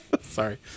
Sorry